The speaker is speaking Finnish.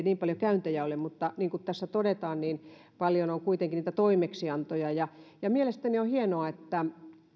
niin paljon käyntejä ole mutta niin kuin tässä todetaan paljon on kuitenkin toimeksiantoja mielestäni on hienoa että